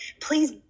please